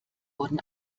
wurden